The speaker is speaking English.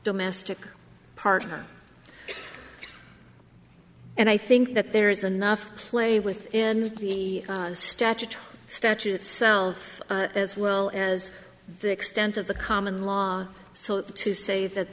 domestic partner and i think that there is enough play within the statutory statute itself as well as the extent of the common law so to say that